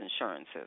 insurances